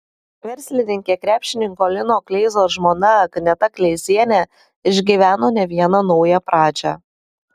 verslininkė krepšininko lino kleizos žmona agneta kleizienė išgyveno ne vieną naują pradžią